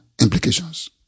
implications